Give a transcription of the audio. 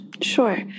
Sure